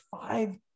five